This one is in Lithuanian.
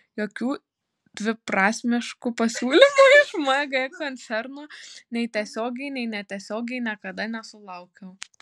jokių dviprasmiškų pasiūlymų iš mg koncerno nei tiesiogiai nei netiesiogiai niekada nesulaukiau